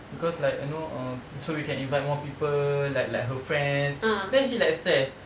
because like you know uh so we can invite more people like like her friends then he like stress